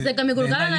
בעיניי,